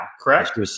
correct